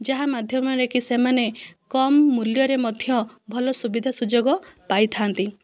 ଯାହା ମାଧ୍ୟମରେ କି ସେମାନେ କମ ମୂଲ୍ୟରେ ମଧ୍ୟ ଭଲ ସୁବିଧା ସୁଯୋଗ ପାଇଥାନ୍ତି